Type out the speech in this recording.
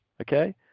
Okay